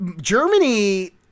Germany